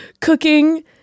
cooking